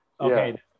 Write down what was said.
okay